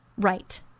Right